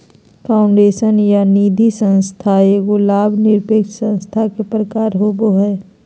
foundation या निधिसंस्था एगो लाभ निरपेक्ष संस्था के प्रकार होवो हय